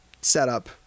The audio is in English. setup